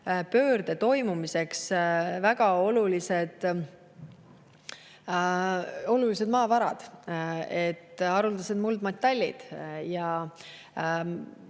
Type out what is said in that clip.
rohepöörde toimumiseks väga olulised maavarad, haruldased muldmetallid, ja